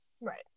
Right